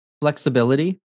flexibility